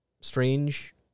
strange